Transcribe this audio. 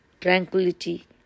tranquility